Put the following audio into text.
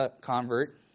convert